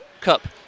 cup